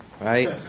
right